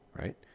Right